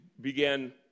began